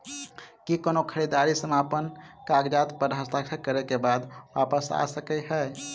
की कोनो खरीददारी समापन कागजात प हस्ताक्षर करे केँ बाद वापस आ सकै है?